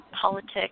politics